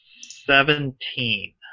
Seventeen